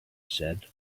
said